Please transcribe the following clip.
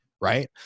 right